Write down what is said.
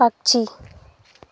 पक्षी